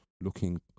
looking